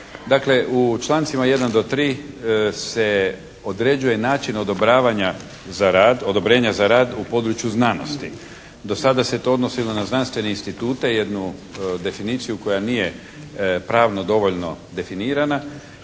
Dakle u člancima 1. do 3. se određuje način odobravanja za rad, odobrenja za rad u području znanosti. Do sada se to odnosilo na znanstvene institute, jednu definiciju koja nije pravno dovoljno definirana